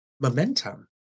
momentum